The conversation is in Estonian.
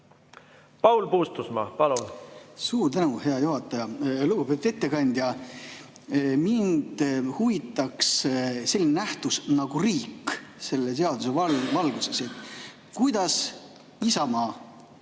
Paul Puustusmaa, palun! Suur tänu, hea juhataja! Lugupeetud ettekandja! Mind huvitaks selline nähtus nagu riik selle seaduse valguses. Kuidas Isamaa